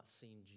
seen